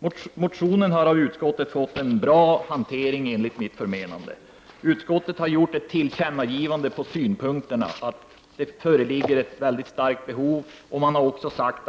Enligt mitt förmenande har motionen hanterats på ett bra sätt av utskottet. Utskottet anser att riksdagen bör ge ett tillkännagivande om att det föreliggande behovet är mycket starkt.